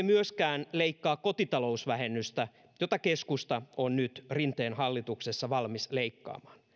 myöskään leikkaa kotitalousvähennystä jota keskusta on nyt rinteen hallituksessa valmis leikkaamaan